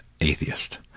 atheist